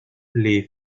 les